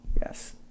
Yes